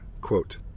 quote